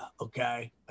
okay